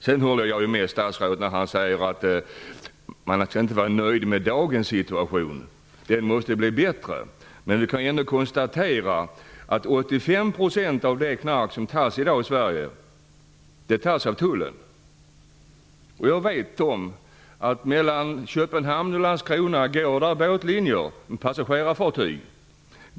Jag håller med statsrådet när han säger att vi inte skall vara nöjda med dagens situation, den måste bli bättre. Men vi kan ändå konstatera att 85 % av det knark som tas i beslag i dag i Sverige tas av tullen. Mellan Köpenhamn och Landskrona går det båtlinjer med passagerarfartyg.